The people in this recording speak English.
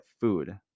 food